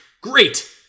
great